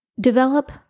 Develop